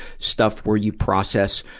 stuff where you process,